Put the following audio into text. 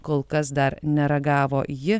kol kas dar neragavo ji